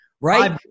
right